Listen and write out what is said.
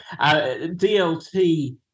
DLT